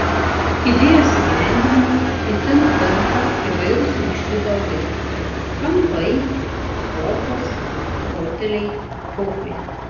idėjos įgyvendinimui itin tinka įvairūs minkšti baldai kampai sofos foteliai pufai